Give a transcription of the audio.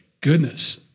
goodness